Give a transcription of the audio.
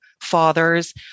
fathers